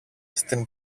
στην